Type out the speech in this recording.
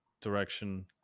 direction